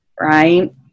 right